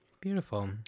Beautiful